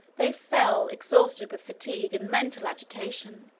they fell, exhausted with fatigue and mental agitation.